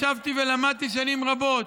ישבתי ולמדתי שנים רבות,